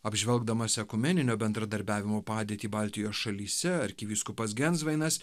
apžvelgdamas ekumeninio bendradarbiavimo padėtį baltijos šalyse arkivyskupas gensvainas